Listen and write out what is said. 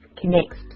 connects